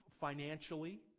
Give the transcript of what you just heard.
financially